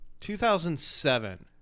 2007